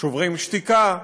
"שוברים שתיקה",